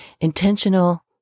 intentional